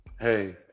Hey